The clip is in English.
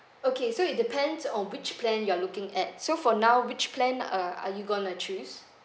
okay so it depends on which plan you are looking at so for now which plan uh are you going to choose